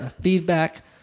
feedback